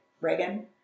Reagan